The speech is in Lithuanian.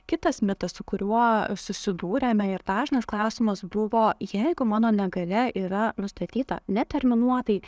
kitas mitas su kuriuo susidūrėme ir dažnas klausimas buvo jeigu mano negalia yra nustatyta neterminuotai